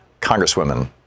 congresswomen